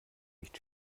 nicht